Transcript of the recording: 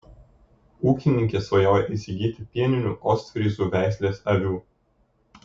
ūkininkė svajoja įsigyti pieninių ostfryzų veislės avių